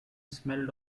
smelled